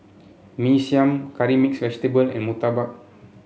Mee Siam Curry Mixed Vegetable and Murtabak